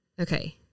Okay